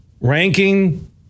ranking